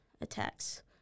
attacks